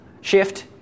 shift